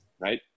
Right